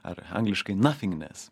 ar angliškai nafingnes